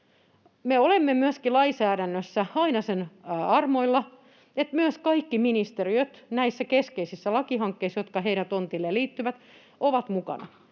olemme myöskin lainsäädännössä aina sen armoilla, että myös kaikki ministeriöt näissä keskeisissä lakihankkeissa, jotka niiden tonttiin liittyvät, ovat mukana,